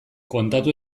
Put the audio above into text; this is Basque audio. kontatu